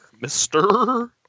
mister